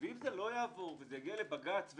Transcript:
ואם זה לא יעבור ויגיע לבג"ץ,